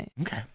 Okay